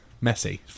messy